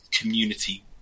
community